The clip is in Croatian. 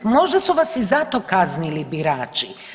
Možda su vas i zato kaznili birači.